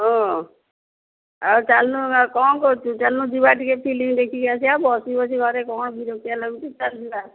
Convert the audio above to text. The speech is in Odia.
ହଁ ଆଉ ଚାଲୁନୁ କ'ଣ କରୁଛୁ ଚାଲୁନୁ ଯିବା ଟିକେ ଫିଲ୍ମ ଦେଖିକି ଆସିବା ବସି ବସି ଘରେ କ'ଣ ବିରକ୍ତିଆ ଲାଗୁଛି ଚାଲ୍ ଯିବା